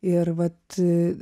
ir vat